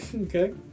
Okay